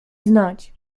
znać